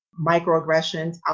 microaggressions